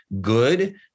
good